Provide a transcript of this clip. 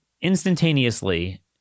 instantaneously